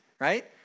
right